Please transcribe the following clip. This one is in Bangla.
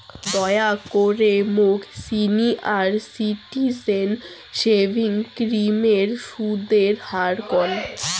দয়া করে মোক সিনিয়র সিটিজেন সেভিংস স্কিমের সুদের হার কন